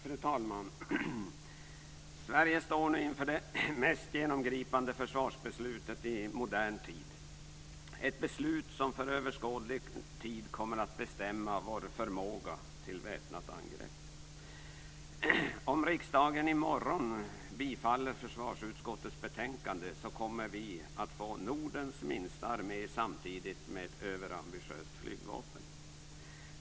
Fru talman! Sverige står nu inför det mest genomgripande försvarsbeslutet i modern tid, ett beslut som för överskådlig tid kommer att bestämma vår förmåga till väpnat angrepp. Om riksdagen i morgon bifaller hemställan i försvarsutskottets betänkande kommer vi att få Nordens minsta armé samtidigt med ett överambitiöst flygvapen.